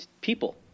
people